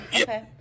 okay